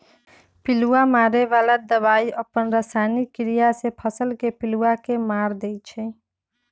पिलुआ मारे बला दवाई अप्पन रसायनिक क्रिया से फसल के पिलुआ के मार देइ छइ